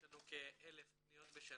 יש לנו כ-1,000 פניות בחודש.